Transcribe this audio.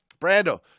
Brando